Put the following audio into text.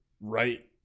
right